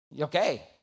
Okay